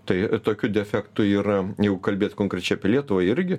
tai tokių defektų yra jeigu kalbėt konkrečiai apie lietuvą irgi